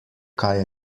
kaj